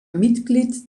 mitglied